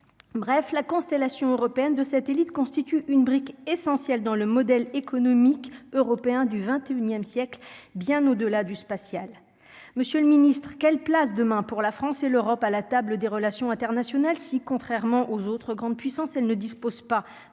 bref la constellation européenne de satellites constitue une brique essentielle dans le modèle économique européen du XXIe siècle, bien au-delà du spatial, Monsieur le Ministre : quelle place demain pour la France et l'Europe à la table des relations internationales si, contrairement aux autres grandes puissances, elle ne dispose pas